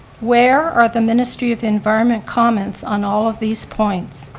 where are the ministry of environment comments on all of these points?